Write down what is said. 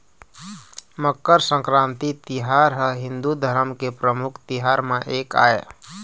मकर संकरांति तिहार ह हिंदू धरम के परमुख तिहार म एक आय